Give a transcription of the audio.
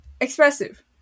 expressive